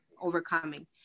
overcoming